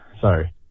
Sorry